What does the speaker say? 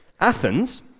Athens